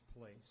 place